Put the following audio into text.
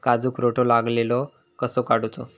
काजूक रोटो लागलेलो कसो काडूचो?